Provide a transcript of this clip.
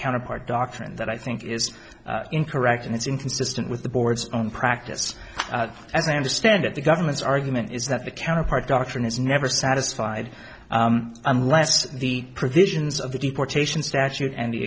counterpart doctrine that i think is incorrect and it's inconsistent with the board's own practice as i understand it the government's argument is that the counterpart doctrine is never satisfied unless the provisions of the deportation statute and